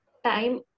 Time